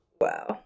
Wow